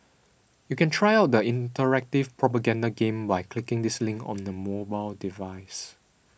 you can try out the interactive propaganda game by clicking this link on a mobile device